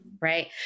right